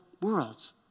worlds